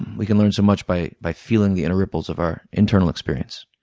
we can learn so much by by feeling the inner ripples of our internal experience.